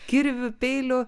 kirviu peiliu